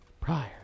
prior